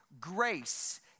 grace